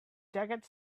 jacket